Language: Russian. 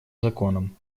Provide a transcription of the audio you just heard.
законом